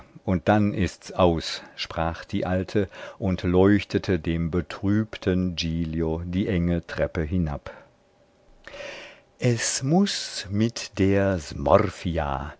und dann ist's aus sprach die alte und leuchtete dem betrübten giglio die enge treppe hinab es muß mit der